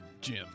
Jim